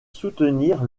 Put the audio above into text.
soutenir